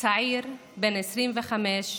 צעיר בן 25,